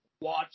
watch